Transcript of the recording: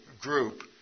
group